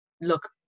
look